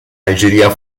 algeria